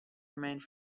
remained